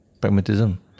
pragmatism